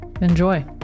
Enjoy